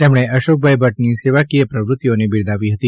તેમણે અશોકભાઈ ભટ્ટની સેવાકીય પ્રવ્રત્તિઓને બિરદાવી હતી